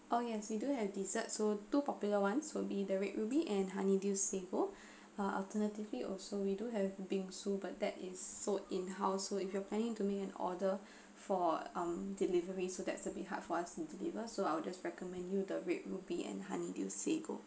oh yes we do have dessert so two popular ones will be the red ruby and honeydew sago or alternatively also we do have bingsu but that is sold in house so if you are planning to make an order for delivery so that it'll be hard for us to deliver so I will just recommend you the red ruby and honeydew sago